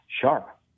sharp